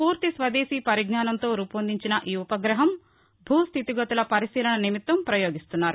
పూర్తి స్వదేశీ పరిజ్ఞానంతో రూపొందించిన ఈ ఉపగ్రహం భూ స్లితిగతుల పరిశీలన నిమిత్తం పయోగిస్తున్నారు